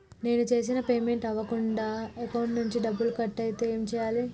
నేను చేసిన పేమెంట్ అవ్వకుండా అకౌంట్ నుంచి డబ్బులు కట్ అయితే ఏం చేయాలి?